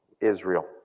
Israel